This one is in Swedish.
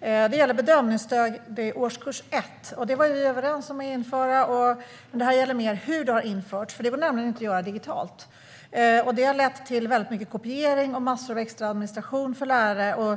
Det gäller bedömningsstöd i årskurs 1. Det var vi överens om att införa. Det här gäller mer hur det har införts. Det går nämligen inte att göra digitalt, vilket har lett till mycket kopiering och massor med extra administration för lärare.